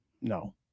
No